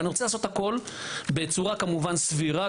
אני רוצה לעשות הכול בצורה כמובן סבירה,